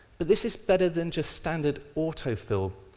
but this is better than just standard autofill,